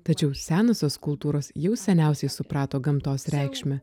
tačiau senosios kultūros jau seniausiai suprato gamtos reikšmę